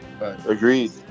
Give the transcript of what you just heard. Agreed